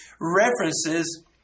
references